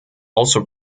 also